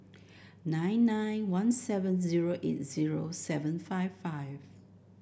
nine nine one seven zero eight zero seven five five